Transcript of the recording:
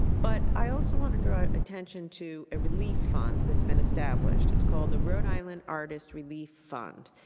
but i also want to draw attention to a relief fund that has been established. it is called the rhode island artist relief fund.